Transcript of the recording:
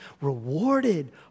rewarded